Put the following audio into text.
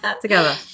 together